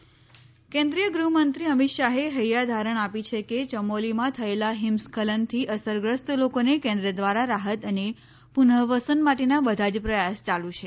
અમિત શાહ્ કેન્દ્રીય ગુહ્મંત્રી અમિતશાહે હૈયાધારણ આપી છે કે ચમોલીમાં થયેલા હિમસ્ખલનથી અસરગ્રસ્ત લોકોને કેન્દ્ર દ્વારા રાહત અને પુનઃવસન માટેનાં બધા જ પ્રયાસ ચાલુ છે